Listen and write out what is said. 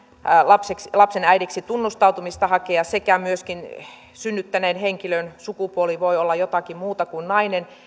lapsen lapsen äidiksi tunnustautumista hakea sekä myöskin synnyttäneen henkilön sukupuoli voi olla jotakin muuta kuin nainen